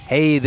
Hey